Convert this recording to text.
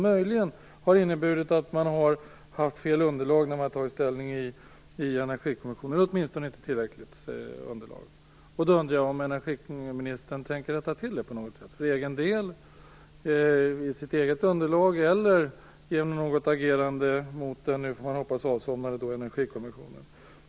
Möjligen har de inneburit att Energikommissionen har haft fel, eller åtminstone inte tillräckligt, underlag vid ställningstagandet. Jag undrar om energiministern tänker rätta till detta på något sätt. För egen del, i sitt eget underlag, eller genom något agerande mot den nu, som man får hoppas, avsomnade Energikommissionen.